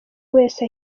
wese